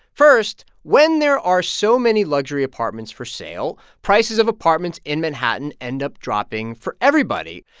first, when there are so many luxury apartments for sale, prices of apartments in manhattan end up dropping for everybody.